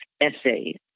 essays